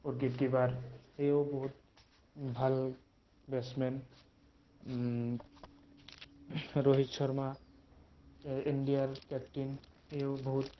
এওঁ বহুত ভাল বেছমেন ৰোহিত শৰ্মা ইণ্ডিয়াৰ কেপ্তেইন এওঁ বহুত